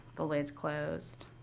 the lid closed.